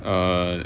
err